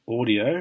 audio